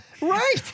Right